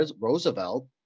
Roosevelt